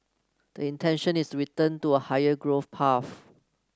the intention is return to a higher growth path